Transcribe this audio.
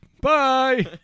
Bye